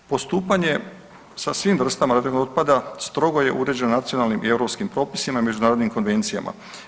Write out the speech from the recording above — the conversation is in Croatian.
Postupanje sa svim vrstama radioaktivnog otpada strogo je uređeno nacionalnim i europskim propisima i međunarodnim konvencijama.